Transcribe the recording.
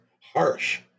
harsh